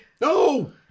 No